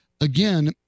again